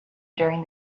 during